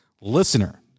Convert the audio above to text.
listener